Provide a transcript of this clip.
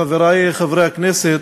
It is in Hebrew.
חברי חברי הכנסת,